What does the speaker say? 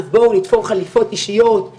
אז בואו נתפור חליפות אישיות,